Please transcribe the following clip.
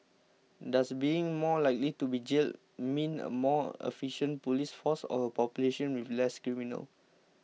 does being more likely to be jailed mean a more efficient police force or a population with less criminals